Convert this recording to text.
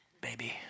baby